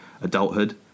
adulthood